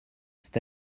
c’est